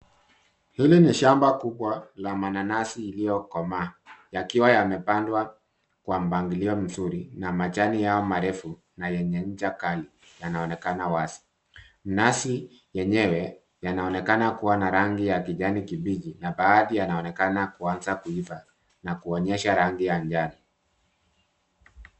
Hili ni shamba kubwa la mananasi iliyokomaa, yakiwa yamepandwa kwa mpangilio mzuri, na majani yao marefu yenye ncha kali yanaonekana wazi. Nasi yenyewe yanaonekana kuwa na rangi ya kijani kibichi na baadhi yanaonekana kuanza kuiva na kuonyesha rangi ya njano.